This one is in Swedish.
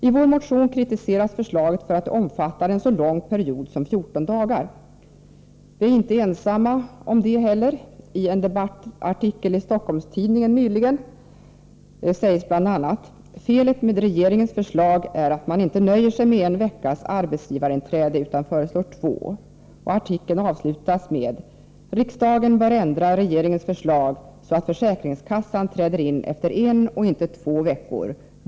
I vår motion kritiseras förslaget för att det omfattar en så lång period som 14 dagar. Vi är inte ensamma om det heller. I en debattartikel i Stockholms Tidningen nyligen sägs bl.a.: ”Felet med regeringens förslag är att man inte nöjer sig med en veckas arbetsgivarinträde utan föreslår två.” Artikeln avslutas med: ”Riksdagen bör ändra regeringens förslag så att försäkringskassan träder in efter en och inte två veckor.